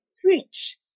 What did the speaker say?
preach